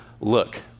look